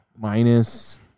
minus